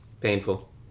Painful